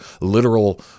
literal